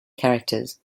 characters